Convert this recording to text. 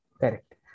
Correct